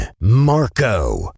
Marco